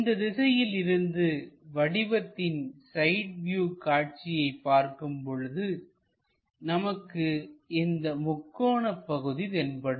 இந்த திசையில் இருந்து வடிவத்தின் சைட் வியூ காட்சியை பார்க்கும்பொழுது நமக்கு இந்த முக்கோண பகுதி தென்படும்